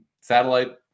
satellite